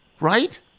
right